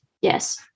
Yes